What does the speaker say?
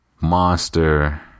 Monster